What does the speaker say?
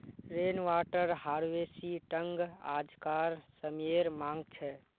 rain water harvesting आज्कार समयेर मांग छे